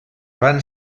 van